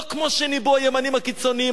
לא כמו שניבאו הימנים הקיצונים,